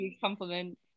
compliment